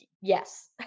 yes